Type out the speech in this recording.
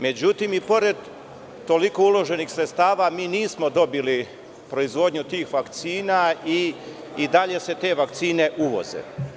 Međutim, i pored toliko uloženih sredstava, mi nismo dobili proizvodnju tih vakcina i i dalje se te vakcine uvoze.